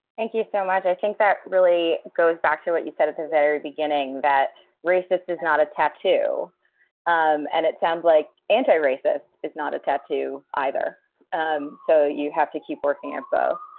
thank you so much. i think that really goes back to what you said at the very beginning, that racist is not a tattoo um and it sounds like anti-racist is not a tattoo either so you have to keep working at both.